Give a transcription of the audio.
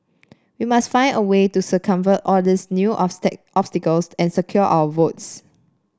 we must find a way to circumvent all these new obstacles and secure our votes